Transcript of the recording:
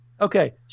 Okay